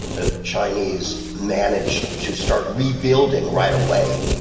the chinese managed to start rebuilding right away.